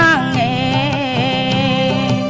a